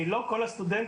לא כל הסטודנטים,